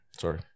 Sorry